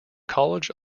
college